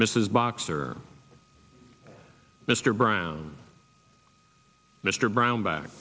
mrs boxer mr brown mr brownback